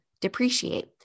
depreciate